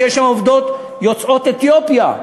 שיש בה עובדות יוצאות אתיופיה,